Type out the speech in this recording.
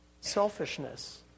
selfishness